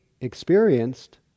experienced